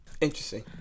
Interesting